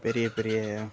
பெரிய பெரிய